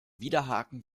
widerhaken